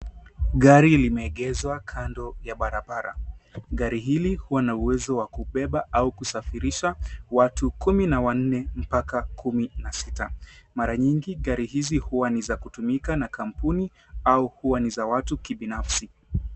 Gari limeegeshwa kando ya barabara. Gari hili huwa na uwezo wa kubeba au kusafirisha watu kumi na wanne mpaka kumi na sita. Mara nyingi gari hizi huwa ni za kutumika na kampuni au kuwa ni za watu kibinafsi.